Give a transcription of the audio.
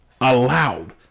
allowed